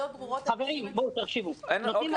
המתווה